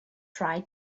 try